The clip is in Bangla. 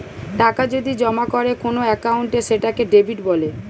টাকা যদি জমা করে কোন একাউন্টে সেটাকে ডেবিট বলে